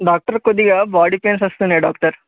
doctor కొద్దిగా body pains వస్తున్నాయి doctor